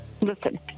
Listen